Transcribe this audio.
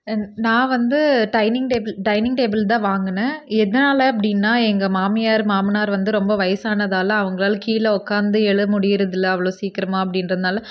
நான் வந்து dining table dining டேபிள்தான் வாங்குனன் எதனால அப்படினா எங் மாமியார் மாமனார் வந்து ரொம்ப வயசானதனால அவங்களால கீழே உக்காந்து எழ முடியிறது இல்லை அவ்வளோ சீக்கரமாக அப்படின்றதுனால